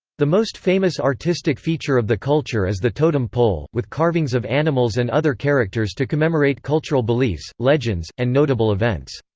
the most famous artistic feature of the culture is the totem pole, with carvings of animals and other characters to commemorate cultural beliefs, legends, and notable events.